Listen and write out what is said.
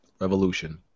Revolution